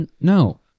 No